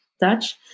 Dutch